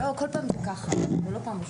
כל פעם הוא ככה, זו לא פעם ראשונה.